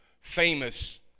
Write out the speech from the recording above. famous